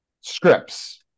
scripts